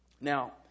Now